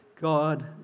God